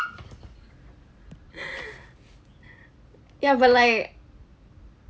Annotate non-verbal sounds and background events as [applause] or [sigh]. [breath] ya but like